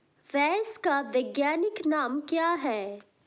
भैंस का वैज्ञानिक नाम क्या है?